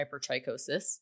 hypertrichosis